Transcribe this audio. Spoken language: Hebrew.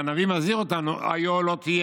והנביא מזהיר אותנו: 'היה לא תהיה'.